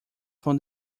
from